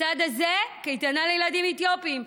בצד הזה קייטנה לילדים אתיופים,